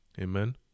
Amen